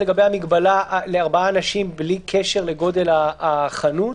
לגבי המגבלה לארבעה אנשים בלי קשר לגודל החנות.